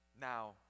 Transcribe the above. Now